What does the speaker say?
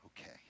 okay